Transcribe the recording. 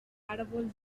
árbol